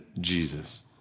Jesus